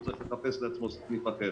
הוא צריך לחפש לעצמו סניף אחר.